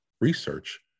research